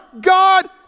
God